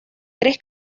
tres